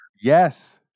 Yes